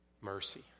Mercy